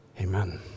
Amen